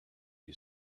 you